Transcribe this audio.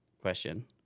question